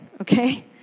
Okay